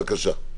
בבקשה.